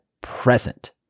present